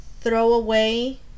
Throwaway